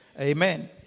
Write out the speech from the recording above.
Amen